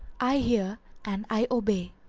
i hear and i obey.